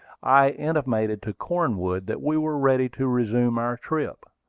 i intimated to cornwood that we were ready to resume our trip.